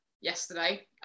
yesterday